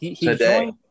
Today